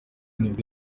nibwo